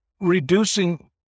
reducing